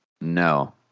No